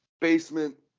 basement